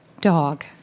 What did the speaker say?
Dog